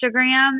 instagram